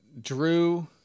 drew